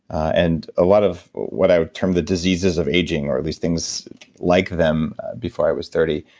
and a lot of what i would term the diseases of aging. or at least things like them before i was thirty.